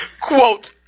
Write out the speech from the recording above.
Quote